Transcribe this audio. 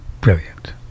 brilliant